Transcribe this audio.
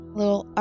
little